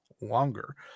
longer